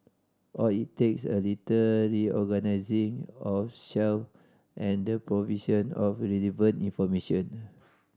all it takes a little reorganising of shelf and the provision of relevant information